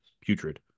putrid